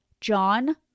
John